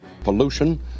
Pollution